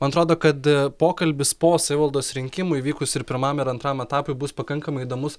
man atrodo kad pokalbis po savivaldos rinkimų įvykus ir pirmam ir antram etapui bus pakankamai įdomus